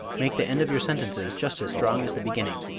make the end of your sentences just as strong as the beginning.